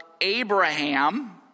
Abraham